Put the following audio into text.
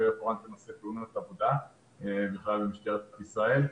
אני רפרנט לנושא תאונות עבודה ממשטרת ישראל,